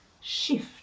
shift